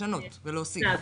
לשנות ולהוסיף.